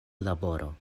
laboro